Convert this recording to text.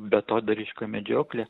beatodairiška medžioklė